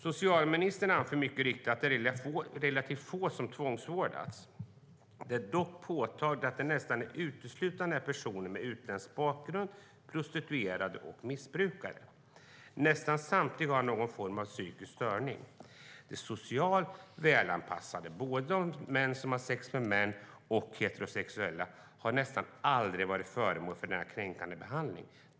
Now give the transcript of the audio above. Socialministern anför mycket riktigt att det är relativt få som tvångsvårdas. Det är dock påtagligt att det är nästan uteslutande personer med utländsk bakgrund, prostituerade och missbrukare. Nästan samtliga har någon form av psykisk störning. De socialt välanpassade, både män som har sex med män och heterosexuella, har nästan aldrig varit föremål för denna kränkande behandling.